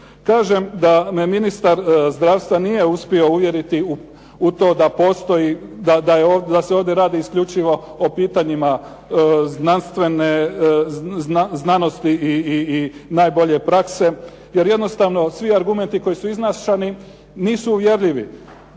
Kažem da me ministar zdravstva nije uspio uvjeriti u to da se ovdje radi isključivo o pitanjima znanosti i najbolje prakse, jer jednostavno svi argumenti koji su iznašani nisu uvjerljivi.